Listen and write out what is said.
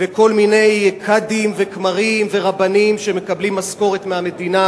וכל מיני קאדים וכמרים ורבנים שמקבלים משכורת מהמדינה.